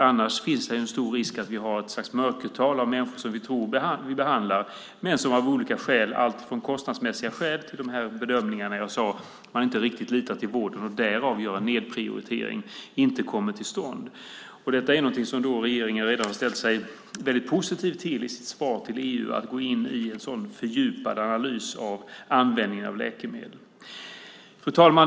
Annars finns det en stor risk för ett mörkertal av människor som vi tror får behandling som dock av olika skäl inte kommer till stånd. Det kan vara alltifrån kostnadsmässiga skäl till de bedömningar som jag nämnde, att man inte riktigt litar på vården och därför gör en nedprioritering. Regeringen har redan ställt sig väldigt positiv i sitt svar till EU till att gå in i en sådan fördjupad analys av användningen av läkemedel. Fru talman!